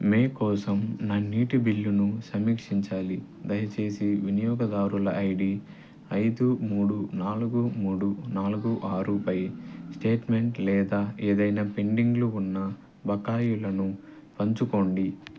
మే కోసం నా నీటి బిల్లును సమీక్షించాలి దయచేసి వినియోగదారుల ఐ డి ఐదు మూడు నాలుగు మూడు నాలుగు ఆరు పై స్టేట్మెంట్ లేదా ఏదైనా పెండింగ్లో ఉన్న బకాయిలను పంచుకోండి